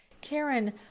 Karen